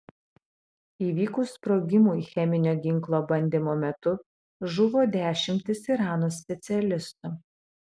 įvykus sprogimui cheminio ginklo bandymo metu žuvo dešimtys irano specialistų